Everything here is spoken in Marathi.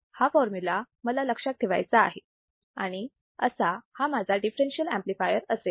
हा फॉर्म्युला मला लक्षात ठेवायचा आहे आणि असा हा माझा दिफ्फेरेन्शियल अंपलिफायर असेल